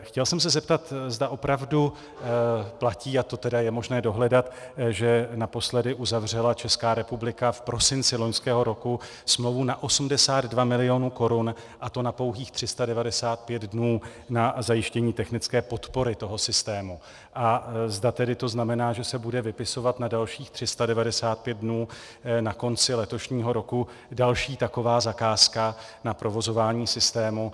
Chtěl jsem se zeptat, zda opravdu platí, a to tedy je možné dohledat, že naposledy uzavřela Česká republika v prosinci loňského roku smlouvu na 82 milionů korun, a to na pouhých 395 dnů, na zajištění technické podpory toho systému, a zda to tedy znamená, že se bude vypisovat na dalších 395 dnů na konci letošního roku další taková zakázka na provozování systému.